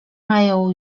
mają